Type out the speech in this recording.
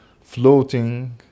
floating